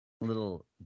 Little